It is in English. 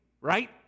right